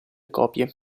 copie